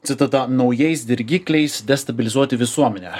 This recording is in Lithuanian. citata naujais dirgikliais destabilizuoti visuomenę